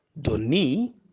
Doni